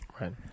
Right